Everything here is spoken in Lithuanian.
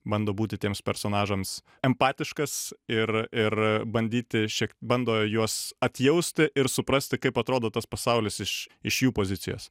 bando būti tiems personažams empatiškas ir ir bandyti šiek bando juos atjausti ir suprasti kaip atrodo tas pasaulis iš iš jų pozicijos